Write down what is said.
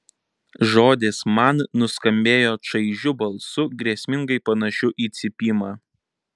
žodis man nuskambėjo čaižiu balsu grėsmingai panašiu į cypimą